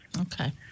Okay